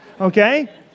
Okay